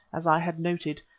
as i had noted,